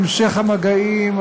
המשך המגעים,